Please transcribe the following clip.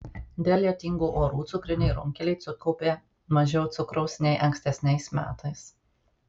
dėl lietingų orų cukriniai runkeliai sukaupė mažiau cukraus nei ankstesniais metais